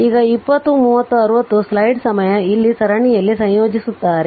ಈಗ 20 30 ಮತ್ತು 60 ಸ್ಲೈಡ್ ಸಮಯ ಇಲ್ಲಿ ಸರಣಿಯಲ್ಲಿ ಸಂಯೋಜಿಸುತ್ತಾರೆ